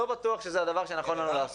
לא בטוח שזה הדבר שנכון לנו לעשות.